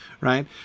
right